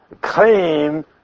claim